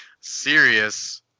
serious